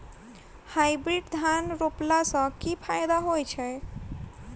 Hybrid धान रोपला सँ की फायदा होइत अछि?